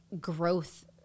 growth